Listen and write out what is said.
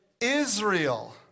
Israel